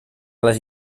les